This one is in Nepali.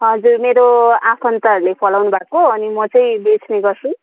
हजुर मेरो आफन्तहरूले फलाउनु भएको अनि म चाहिँ बेच्ने गर्छु